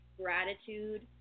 gratitude